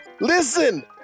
Listen